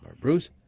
Bruce